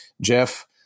Jeff